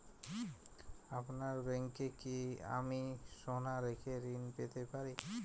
আপনার ব্যাংকে কি আমি সোনা রেখে ঋণ পেতে পারি?